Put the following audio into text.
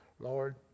Lord